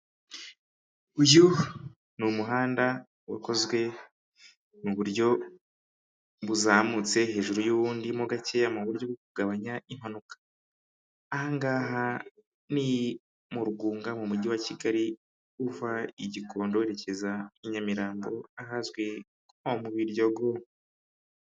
Uyu ni umuhanda ukozwe mu buryo buzamutse hejuru y'uw'undi mo gakeya mu buryo bwo kugabanya impanuka, aha ngaha ni mu Rwunga mu mujyi wa Kigali uva i Gikondo werekeza i Nyamirambo ahazwi nko mu Biryogo.